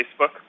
Facebook